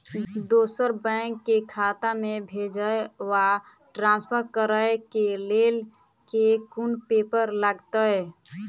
दोसर बैंक केँ खाता मे भेजय वा ट्रान्सफर करै केँ लेल केँ कुन पेपर लागतै?